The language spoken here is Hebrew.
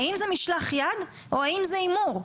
האם זה משלח יד או האם זה הימור.